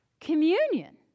communion